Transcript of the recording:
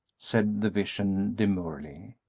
said the vision, demurely.